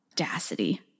audacity